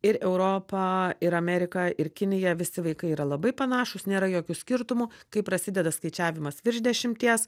ir europa ir amerika ir kinija visi vaikai yra labai panašūs nėra jokių skirtumų kai prasideda skaičiavimas virš dešimties